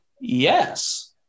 yes